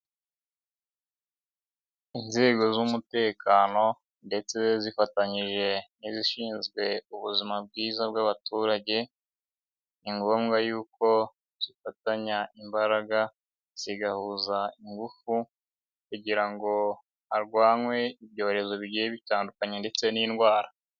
nzego z'umutekano ndetse zifatanyije n'izishinzwe ubuzima bwiza bw'abaturage, ni ngombwa yuko zifatanya imbaraga zigahuza ingufu kugira ngo harwanwe ibyorezo bigiye bitandukanye ndetse n'indwara.